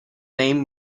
name